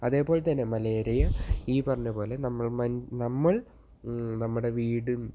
അതേപോലെതന്നെ മലേറിയയും ഈ പറഞ്ഞതു പോലെ നമ്മൾ നമ്മൾ നമ്മുടെ വീടും